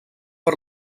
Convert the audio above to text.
per